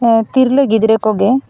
ᱛᱤᱨᱞᱟᱹ ᱜᱤᱫᱽᱨᱟ ᱠᱚᱜᱮ